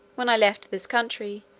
when i left this country,